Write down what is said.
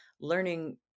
learning